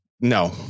No